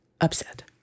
upset